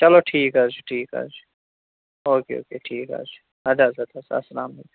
چلو ٹھیٖک حظ چھُ ٹھیٖک حظ چھُ اوٚکے اوٚکے ٹھیٖک حظ چھُ اَدٕ حظ اَدٕ حظ اَسلامُ علیکُم